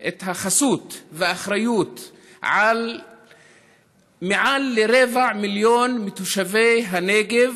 את החסות והאחריות על מעל רבע מיליון מתושבי הנגב,